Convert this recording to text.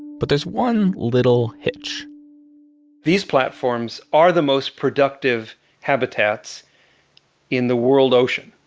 but there's one little hitch these platforms are the most productive habitats in the world ocean,